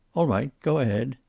all right, go ahead.